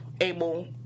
able